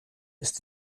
ist